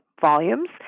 volumes